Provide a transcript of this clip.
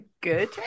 Good